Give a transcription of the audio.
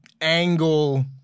angle